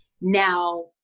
Now